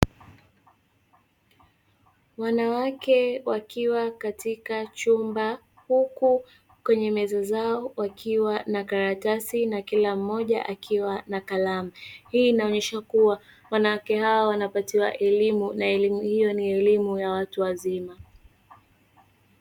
Wanawake wakiwa katika chumba huku kwenye meza zao wakiwa na karatasi na kila mmoja akiwa na kalamu. Hii inaonyesha kuwa wanawake hawa wanapatiwa elimu, na elimu hiyo ni ya watu wazima.